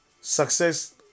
Success